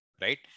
right